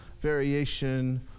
variation